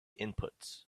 inputs